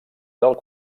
del